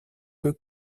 peu